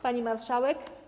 Pani Marszałek!